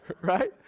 Right